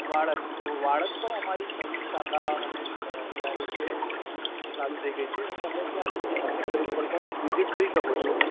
વાડજ તો વાડજ પણ અમારી એક નવી શાખા અમે અત્યારે છે ચાલુ થઇ ગઈ છે તો તમે ત્યાં નજીકના સેન્ટર ઉપર પણ વિઝીટ કરી શકો છો